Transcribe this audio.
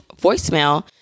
voicemail